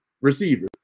receiver